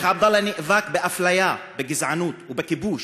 שיח' עבדאללה נאבק באפליה, בגזענות ובכיבוש,